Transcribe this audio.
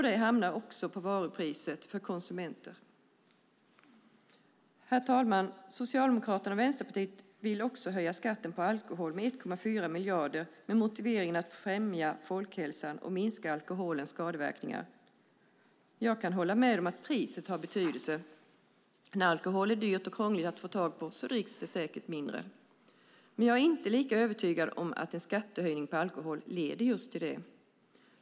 Det hamnar också på varupriser för konsumenter. Herr talman! Socialdemokraterna och Vänsterpartiet vill också höja skatten på alkohol med 1,4 miljarder med motiveringen att främja folkhälsan och minska alkoholens skadeverkningar. Jag kan hålla med om att priset har betydelse. När alkohol är dyrt och krångligt att få tag på dricks det säkert mindre. Men jag är inte lika övertygad om att en skattehöjning på alkohol leder just till det.